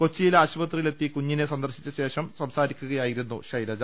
കൊച്ചിയിലെ ആശുപത്രിയിലെത്തി കുഞ്ഞിനെ സന്ദർശിച്ച ശേഷ്ഠ സംസാരിക്കുകയായിരുന്നു ശൈലജ